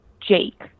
jake